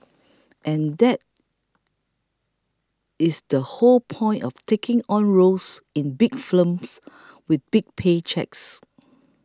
and that is the whole point of taking on roles in big films with big pay cheques